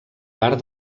part